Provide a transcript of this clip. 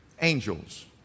angels